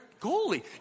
goalie